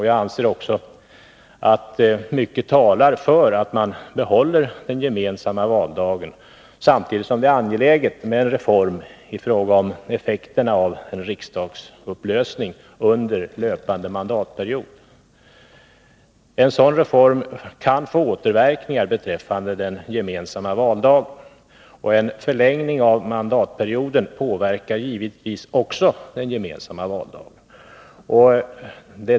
Jag anser också att mycket talar för att man behåller den gemensamma valdagen, samtidigt som det är angeläget med en reform i fråga om effekterna av en riksdagsupplösning under löpande mandatperiod. En sådan reform kan få återverkningar beträffande den gemensamma valdagen, och en förlängning av mandatperioden påverkar givetvis också den gemensamma valdagen.